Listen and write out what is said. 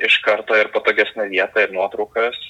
iš karto ir patogesnę vietą ir nuotraukas